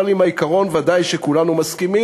אבל לעיקרון ודאי שכולנו מסכימים,